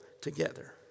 together